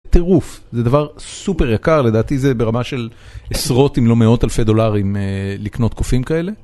טירוף. זה דבר סופר יקר, לדעתי זה ברמה של עשרות אם לא מאות אלפי דולרים לקנות קופים כאלה.